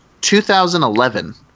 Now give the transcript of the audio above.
2011